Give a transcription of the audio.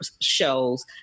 shows